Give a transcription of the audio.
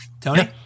Tony